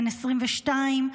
בן 22,